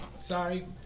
Sorry